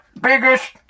Biggest